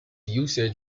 usage